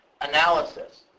analysis